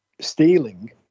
stealing